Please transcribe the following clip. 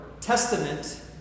testament